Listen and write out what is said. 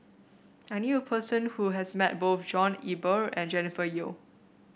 I knew a person who has met both John Eber and Jennifer Yeo